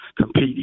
compete